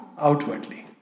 outwardly